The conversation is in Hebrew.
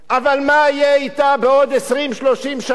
אבל מה יהיה אתה בעוד 20 30 שנה,